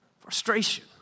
Frustration